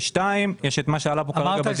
ושתיים, יש את מה שעלה בדיון.